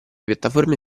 piattaforme